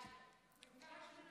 ההצעה